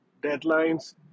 deadlines